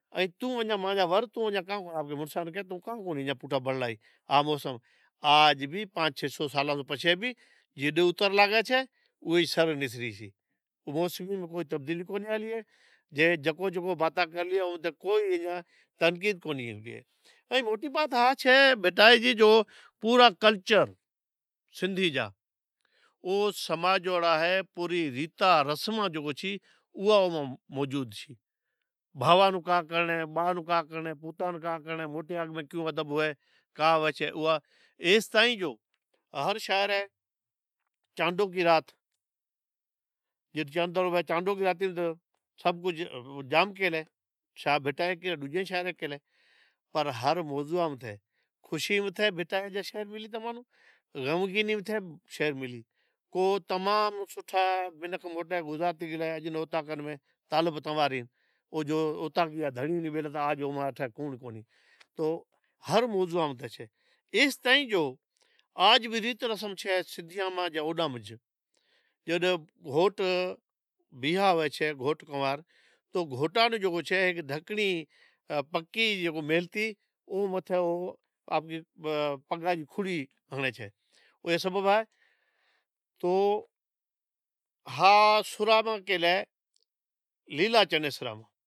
ائین تون مانجا ور آپکی مڑسان کع تون اجان کان کونی پٹھا بڑلا ھی موسم آج بھی پانچ چھ سو سالا پچھے بھی جڈیں اتر لاگچھے تو ئی سر نکلیں چگے موسم میں کوئی تبدیلی نہیں آلی اے جیں جکو جکوباتاں کرلی ایں ایئں کوئی تردید کونیں ایئں موٹی بات آ چھے بھٹائی جی جو پورا کلچرسندھمی ساماجپوری ریتاں رسماں جو چھیں اوئاں ماں موجود چھیں، بھاواں نوں کا کرنڑیں، ایستائیں جو ہر شے رے چانڈوکی رات جتے چندر ہوئے سبھ کجھ جام کہے لے شاہ لطیف بھٹائی ریں شاعریں کہہ لیں پر ہر موضوع ماتھے خوشی ماتھے غمگینی متھے کو تمام سوٹھا بیت تھی ہالاں کہ اج پنڑ اوطاقن طالب تنوارین او جو اوطاقی تو ہر موضوعاں متھے چھے ایستائیں جو آج بھی ریت رسم چھے سندھیاں ماں جاں اوڈاں ماں گھوٹ ویہاں ہوئے چھے گھوٹ کنوار تو گھوٹان ناں جکو چھے ڈھکنڑی پکی جکیم میلتی او متھے جو پگاں ری کھڑی ہنڑچھے سبب اے ہا سراں ماں کہہ لے لیلا چنیسر میں